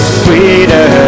sweeter